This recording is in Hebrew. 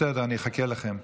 בסדר, אני אחכה לכם.